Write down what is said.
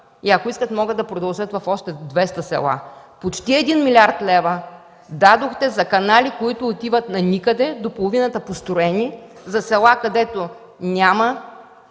Ако искат, могат да продължат в още 200 села. Почти 1 млрд. лв. дадохте за канали, които отиват до никъде, до половината построени, за села, където няма